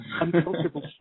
uncomfortable